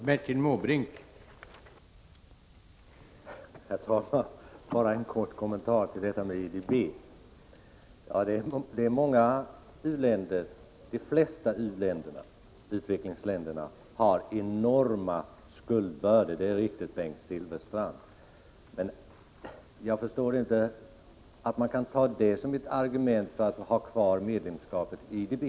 Herr talman! Bara en kort kommentar om IDB. Det är riktigt, Bengt Silfverstrand, att de flesta utvecklingsländer har enorma skuldbördor. Men jag förstår inte att man kan ta det som ett argument för att ha kvar medlemskapet i IDB.